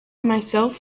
myself